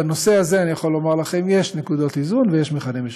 בנושא הזה אני יכול לומר לכם שיש נקודות איזון ויש מכנה משותף.